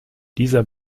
dieser